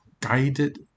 guided